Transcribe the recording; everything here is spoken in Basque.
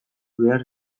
behar